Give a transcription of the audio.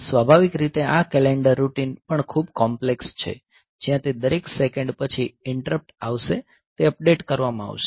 સ્વાભાવિક રીતે આ કૅલેન્ડર રૂટિન પણ ખૂબ કોમ્પ્લેક્સ છે જ્યાં તે દરેક સેકન્ડ પછી ઈંટરપ્ટ આવશે તે અપડેટ કરવામાં આવશે